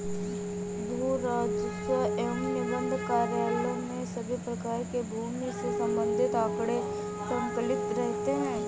भू राजस्व एवं निबंधन कार्यालय में सभी प्रकार के भूमि से संबंधित आंकड़े संकलित रहते हैं